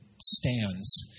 stands